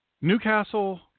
Newcastle